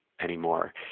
anymore